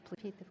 please